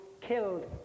killed